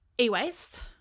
e-waste